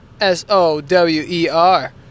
S-O-W-E-R